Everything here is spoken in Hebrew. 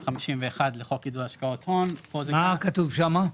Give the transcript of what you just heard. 51 לחוק לעידוד השקעות הון: מה כתוב שמה?